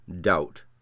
doubt